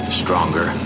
stronger